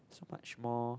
so much more